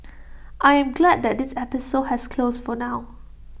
I am glad that this episode has closed for now